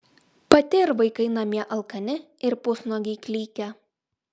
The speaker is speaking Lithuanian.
pati ir vaikai namie alkani ir pusnuogiai klykia